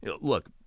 look